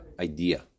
idea